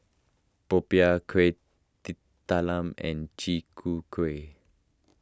Popiah Kuih Talam and Chi Kak Kuih